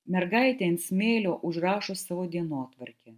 mergaitė ant smėlio užrašo savo dienotvarkę